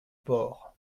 port